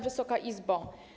Wysoka Izbo!